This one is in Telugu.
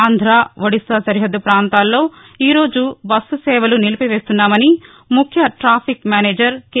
ఆంధ్రా ఒడిస్సా సరిహద్ద ప్రాంతలో ఈరోజు బస్సు సేవలు నిలపివేస్తున్నామని ముఖ్య టాఫిక్ మేనేజర్ కె